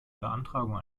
beantragung